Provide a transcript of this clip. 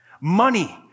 Money